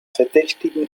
verdächtigen